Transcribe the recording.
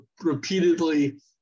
repeatedly